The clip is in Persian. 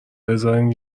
بذارین